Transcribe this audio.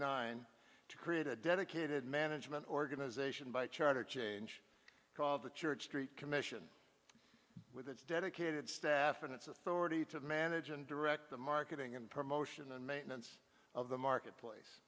nine to create a dedicated management organization by charter change called the church street commission with its dedicated staff and its authority to manage and direct the marketing and promotion and maintenance of the marketplace